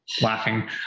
laughing